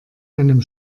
einem